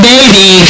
Baby